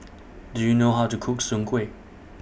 Do YOU know How to Cook Soon Kuih